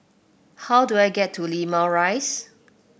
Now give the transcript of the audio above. how do I get to Limau Rise